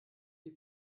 die